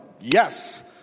yes